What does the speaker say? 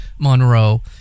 Monroe